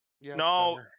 No